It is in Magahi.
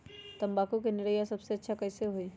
तम्बाकू के निरैया सबसे अच्छा कई से होई?